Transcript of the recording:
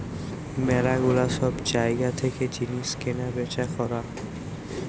ম্যালা গুলা সব জায়গা থেকে জিনিস কেনা বেচা করা